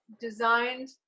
designed